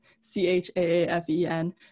C-H-A-A-F-E-N